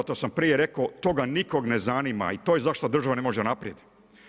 To sam prije rekao, toga nikog ne zanima i to je zašto država ne može naprijed.